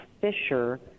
fisher